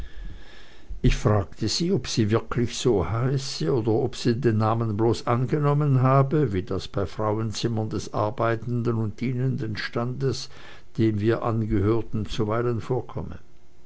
ich fragte sie ob sie wirklich so heiße oder ob sie den namen bloß angenommen habe wie das bei frauenzimmern des arbeitenden und dienenden standes dem wir angehörten zuweilen vorkomme